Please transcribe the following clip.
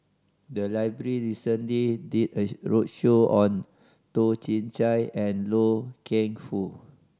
the library recently did a roadshow on Toh Chin Chye and Loy Keng Foo